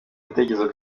ibitekerezo